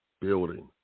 building